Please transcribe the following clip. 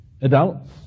adults